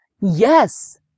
Yes